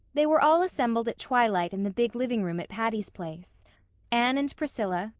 they were all assembled at twilight in the big living-room at patty's place anne and priscilla,